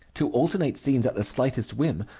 to alternate scenes at the slightest whim,